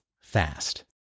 fast